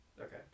Okay